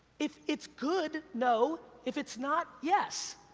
if it's good, no, if it's not, yes.